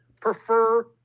prefer